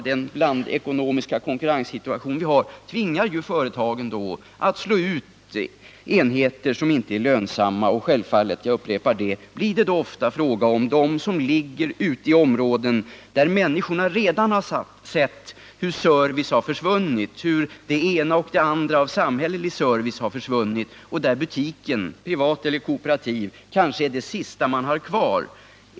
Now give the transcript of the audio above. Den blandekonomiska konkurrenssituation som vi har tvingar företagen att slå ut enheter som inte är lönsamma, och självfallet drabbas då ofta sådana som ligger i områden där människorna redan tidigare har sett hur det ena inslaget efter det andra av samhällelig service har försvunnit och där butiken — privat eller kooperativ — kanske är det sista man har kvar av sådan service.